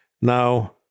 Now